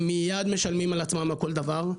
הם מיד משלמים על עצמם על כל דבר,